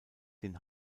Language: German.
den